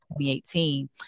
2018